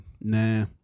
Nah